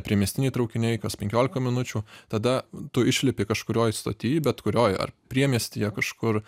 priemiestiniai traukiniai kas penkiolika minučių tada tu išlipi kažkurioj stoty bet kurioj ar priemiestyje kažkur